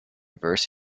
verse